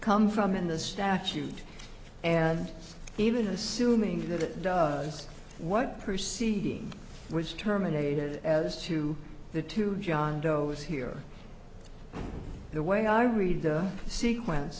come from in the statute and even assuming that it does what perceiving was terminated as to the two john doe is here the way i read the sequence